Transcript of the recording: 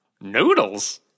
Noodles